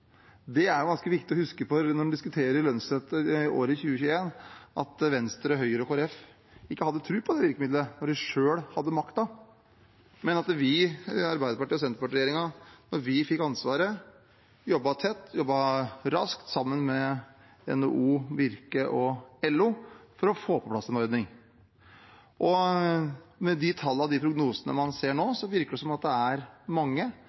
Det er ganske viktig å huske på når man diskuterer lønnsstøtte i året 2021, at Venstre, Høyre og Kristelig Folkeparti ikke hadde tro på det virkemidlet da de selv hadde makten, men at vi, Arbeiderparti–Senterparti-regjeringen, da vi fikk ansvaret, jobbet tett og raskt sammen med NHO, Virke og LO for å få på plass en ordning. Med de tallene og prognosene vi ser nå, virker det som at det er mange